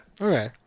Okay